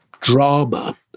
drama